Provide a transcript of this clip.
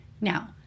Now